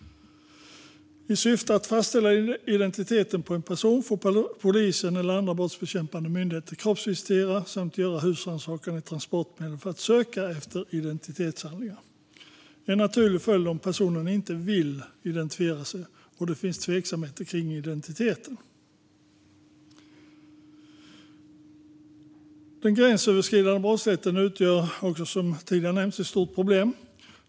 I syfte att fastställa identiteten på en person får polisen eller andra brottsbekämpande myndigheter kroppsvisitera samt göra husrannsakan i transportmedel för att söka efter identitetshandlingar. Det är en naturlig följd om personen inte vill identifiera sig och det finns tveksamheter kring identiteten. Den gränsöverskridande brottsligheten utgör, som tidigare nämnts, ett stort problem.